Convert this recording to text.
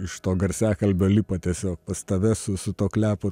iš to garsiakalbio lipa tiesiog pas tave su su tuo klepu